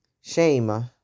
shame